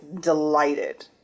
delighted